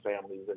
families